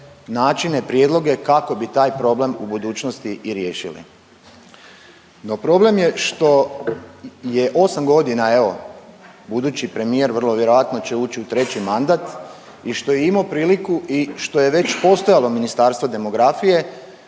načine, prijedloge kako bi taj problem u budućnosti i riješili. No, problem je što je 8 godina evo budući premijer vrlo vjerojatno će ući u treći mandat i što je imao priliku i što je već postojalo Ministarstvo demografije